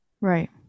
Right